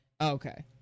Okay